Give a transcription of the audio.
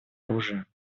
оружия